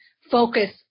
focus